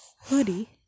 hoodie